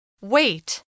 Wait